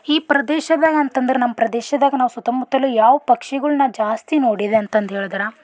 ಈ ಪ್ರದೇಶದಾಗ ಅಂತಂದ್ರೆ ನಮ್ಮ ಪ್ರದೇಶದಾಗ ನಾವು ಸುತ್ತಮುತ್ತಲೂ ಯಾವ ಪಕ್ಷಿಗಳ್ನ ಜಾಸ್ತಿ ನೋಡಿದೆ ಅಂತಂದು ಹೇಳದ್ರೆ